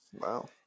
Wow